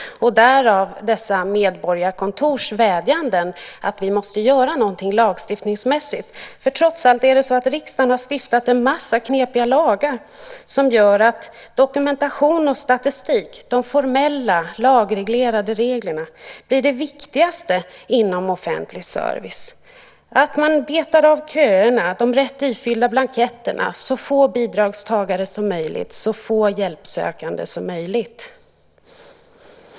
Därav kommer dessa medborgarkontors vädjanden om att vi måste göra någonting lagstiftningsmässigt. Det är trots allt så att riksdagen har stiftat en massa knepiga lagar som gör att dokumentation, statistik och de formella lagreglerade reglerna blir de viktigaste inom offentlig service. Det viktigaste blir att man betar av köerna, att blanketterna är rätt ifyllda, att det blir så få bidragstagare som möjligt och så få hjälpsökande som möjligt.